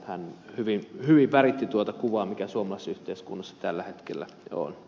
hän hyvin väritti tuota kuvaa mikä suomalaisessa yhteiskunnassa tällä hetkellä on